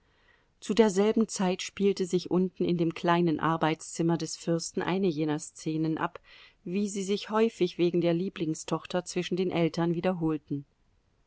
zu derselben zeit spielte sich unten in dem kleinen arbeitszimmer des fürsten eine jener szenen ab wie sie sich häufig wegen der lieblingstochter zwischen den eltern wiederholten